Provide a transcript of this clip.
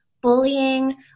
bullying